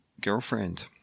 girlfriend